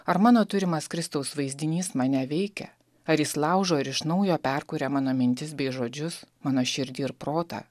ar mano turimas kristaus vaizdinys mane veikia ar jis laužo ir iš naujo perkuria mano mintis bei žodžius mano širdį ir protą